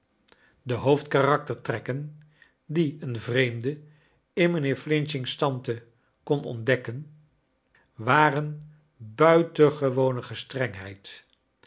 de hoofd karaktcrtrekken die een vreemde in mijnheer f's tante kon ontdekken waren buitengewone gestrengheld